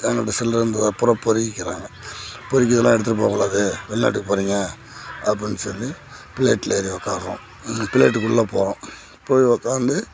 எங்கிட்ட சில்லரை இருந்ததை பூராக பொறிக்கிக்கிறாங்க பொறிக்கி இதெலாம் எடுத்துகிட்டு போகக்கூடாது வெளிநாட்டுக்கு போகிறிங்க அப்படின்னு சொல்லி பிளைட்டில் ஏறி உட்கார்றோம் பிளைட்டுக்குள்ளே போகிறோம் போய் உட்காந்து